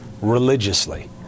religiously